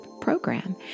program